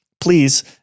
Please